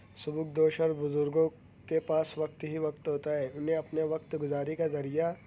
سبکدوش اور بزرگوں کے پاس وقت ہی وقت ہوتا ہے انہیں اپنے وقت گزاری کا ذریعہ